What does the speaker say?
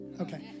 Okay